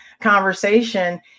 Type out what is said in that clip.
conversation